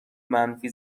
منفی